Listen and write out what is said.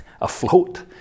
afloat